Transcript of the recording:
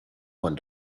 one